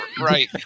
Right